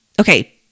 Okay